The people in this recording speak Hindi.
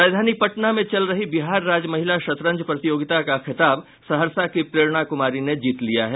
राजधानी पटना में चल रही बिहार राज्य महिला शतरंज प्रतियोगिता का खिताब सहरसा की प्ररेणा कुमारी ने जीत लिया है